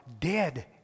dead